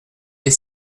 des